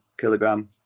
kilogram